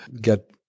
get